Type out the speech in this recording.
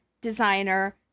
designer